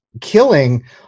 killing